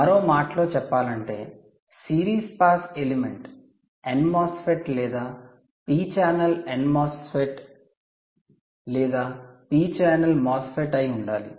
మరో మాటలో చెప్పాలంటే సిరీస్ పాస్ ఎలిమెంట్ NMOSFET లేదా p channel n channel MOSFET లేదా PMOS ఛానల్ MOSFET అయి ఉండాలి